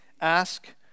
Ask